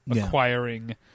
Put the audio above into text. acquiring